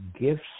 gifts